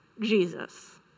Jesus